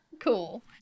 Cool